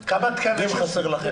כמה תקנים חסר לכם?